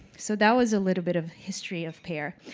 so that was a little bit of history of pair.